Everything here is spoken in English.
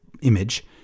image